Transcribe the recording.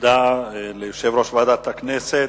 תודה ליושב-ראש ועדת הכנסת.